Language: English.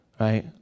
right